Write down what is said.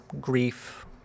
grief